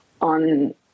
on